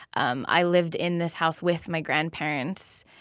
um i lived in this house with my grandparents,